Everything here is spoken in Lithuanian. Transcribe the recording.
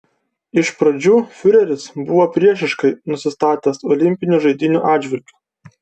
iš pradžių fiureris buvo priešiškai nusistatęs olimpinių žaidynių atžvilgiu